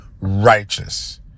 righteous